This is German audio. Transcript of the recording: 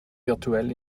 virtuell